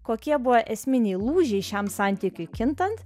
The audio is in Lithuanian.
kokie buvo esminiai lūžiai šiam santykiui kintant